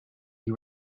you